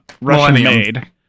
Russian-made